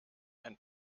ein